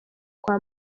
kwa